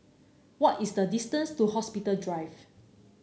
what is the distance to Hospital Drive